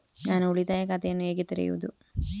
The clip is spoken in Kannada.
ನಾನು ಉಳಿತಾಯ ಖಾತೆಯನ್ನು ಹೇಗೆ ತೆರೆಯುವುದು?